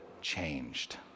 changed